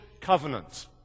covenant